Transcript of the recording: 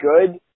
good